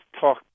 talk